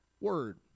word